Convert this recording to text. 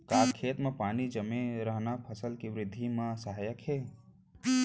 का खेत म पानी जमे रहना फसल के वृद्धि म सहायक हे?